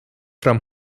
from